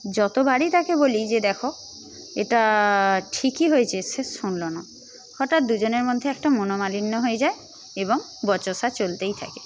যতবারই তাকে বলি যে দেখো এটা ঠিকই হয়েছে সে শুনল না হঠাৎ দুজনের মধ্যে একটা মনোমালিন্য হয়ে যায় এবং বচসা চলতেই থাকে